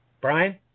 Brian